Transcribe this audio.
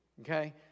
Okay